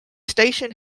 station